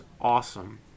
awesome